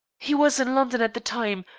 he was in london at the time,